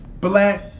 black